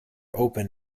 open